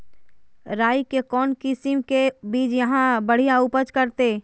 राई के कौन किसिम के बिज यहा बड़िया उपज करते?